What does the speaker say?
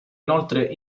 inoltre